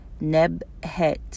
Nebhet